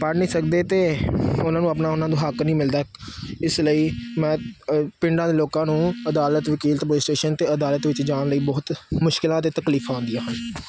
ਪੜ੍ਹ ਨਹੀਂ ਸਕਦੇ ਅਤੇ ਉਹਨਾਂ ਨੂੰ ਆਪਣਾ ਉਹਨਾਂ ਨੂੰ ਹੱਕ ਨਹੀਂ ਮਿਲਦਾ ਇਸ ਲਈ ਮੈਂ ਪਿੰਡਾਂ ਦੇ ਲੋਕਾਂ ਨੂੰ ਅਦਾਲਤ ਵਕੀਲ ਅਤੇ ਪੁਲਿਸ ਸਟੇਸ਼ਨ ਅਤੇ ਅਦਾਲਤ ਵਿੱਚ ਜਾਣ ਲਈ ਬਹੁਤ ਮੁਸ਼ਕਲਾਂ ਅਤੇ ਤਕਲੀਫ਼ਾਂ ਆਉਂਦੀਆਂ ਹਨ